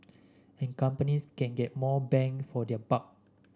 and companies can get more bang for their buck